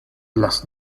las